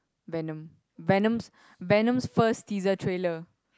Venom Venom's Venom's first teaser trailer